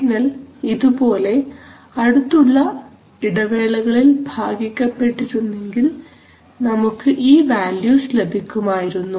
signal ഇത് പോലെ അടുത്തുള്ള ഇടവേളകളിൽ ഭാഗിപ്പെട്ടിരുന്നെങ്കിൽ നമുക്ക് ഈ വാല്യൂസ് ലഭിക്കുമായിരുന്നു